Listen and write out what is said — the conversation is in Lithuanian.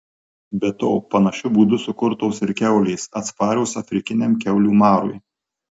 be to panašiu būdu sukurtos ir kiaulės atsparios afrikiniam kiaulių marui